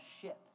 ship